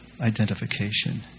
identification